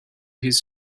his